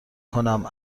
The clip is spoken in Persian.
کنم